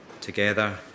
Together